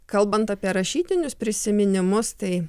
kalbant apie rašytinius prisiminimus tai